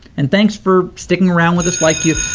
and thanks for sticking around with us, like you oh,